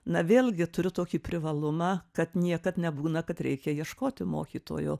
na vėlgi turiu tokį privalumą kad niekad nebūna kad reikia ieškoti mokytojo